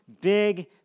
big